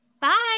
Bye